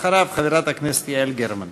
אחריו, חברת הכנסת יעל גרמן.